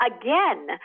again